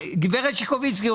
גברת שקוביצקי,